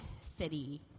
city